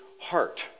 heart